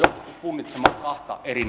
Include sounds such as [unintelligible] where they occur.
punnitsemaan kahta eri [unintelligible]